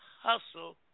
Hustle